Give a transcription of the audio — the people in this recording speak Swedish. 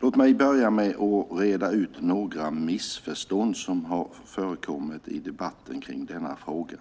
Låt mig börja med att reda ut några missförstånd som har förekommit i debatten om denna fråga.